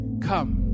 come